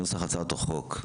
נוסח הצעת החוק: